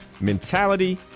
mentality